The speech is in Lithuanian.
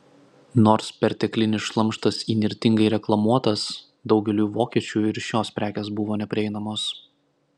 nors perteklinis šlamštas įnirtingai reklamuotas daugeliui vokiečių ir šios prekės buvo neprieinamos